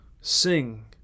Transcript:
Sing